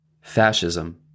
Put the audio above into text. Fascism